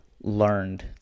learned